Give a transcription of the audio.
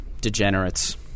degenerates